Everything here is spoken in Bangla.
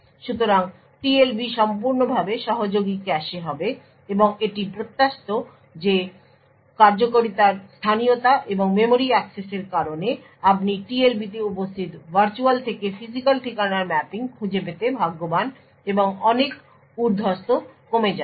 সুতরাং TLB সম্পূর্ণভাবে সহযোগী ক্যাশে হবে এবং এটা প্রত্যাশিত যে কার্যকারিতার স্থানীয়তা এবং মেমরি অ্যাক্সেসের কারণে আপনি TLB তে উপস্থিত ভার্চুয়াল থেকে ফিজিক্যাল ঠিকানার ম্যাপিং খুঁজে পেতে ভাগ্যবান এবং অনেক উর্দ্ধস্থ কমে যাবে